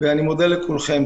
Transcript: אני מודה לכולכם.